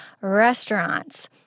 restaurants